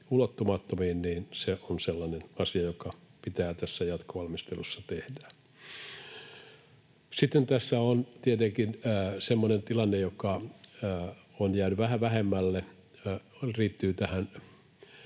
ulottumattomiin on sellainen asia, joka pitää tässä jatkovalmistelussa tehdä. Sitten tässä on semmoinen tilanne, joka on jäänyt vähän vähemmälle, ja se liittyy tähän,